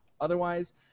Otherwise